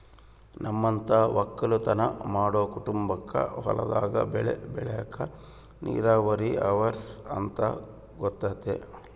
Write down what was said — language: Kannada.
ನಮ್ಮಂತ ವಕ್ಕಲುತನ ಮಾಡೊ ಕುಟುಂಬಕ್ಕ ಹೊಲದಾಗ ಬೆಳೆ ಬೆಳೆಕ ನೀರಾವರಿ ಅವರ್ಸ ಅಂತ ಗೊತತೆ